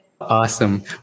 Awesome